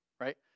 right